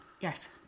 Yes